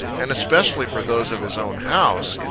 and especially for those of his own house,